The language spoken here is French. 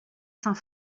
cinq